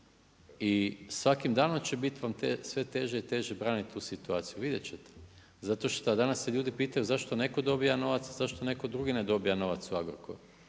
I svakim danom će bit vam sve teže i teže branit tu situaciju, vidjet ćete. Zato šta danas se ljudi pitaju zašto neko dobiva novac, a zašto neko drugi ne dobiva novac u Agrokoru?